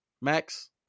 Max